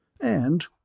And